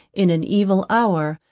in an evil hour,